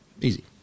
easy